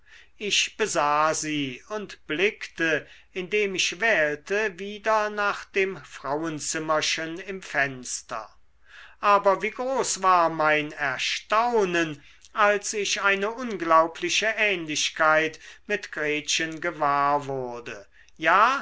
ich besah sie und blickte indem ich wählte wieder nach dem frauenzimmerchen im fenster aber wie groß war mein erstaunen als ich eine unglaubliche ähnlichkeit mit gretchen gewahr wurde ja